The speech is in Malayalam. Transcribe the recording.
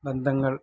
ബന്ധങ്ങള്